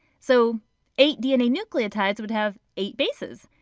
so eight dna nucleotides would have eight bases.